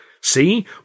See